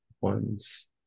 ones